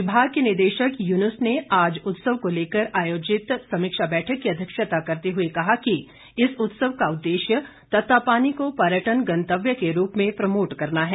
विभाग के निदेशक युनूस ने आज उत्सव को लेकर आयोजित समीक्षा बैठक की अध्यक्षता करते हुए कहा कि इस उत्सव का उददेश्य तत्तापनी को पर्यटन गंतव्य के रूप में प्रमोट करना है